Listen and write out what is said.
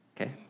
Okay